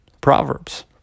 Proverbs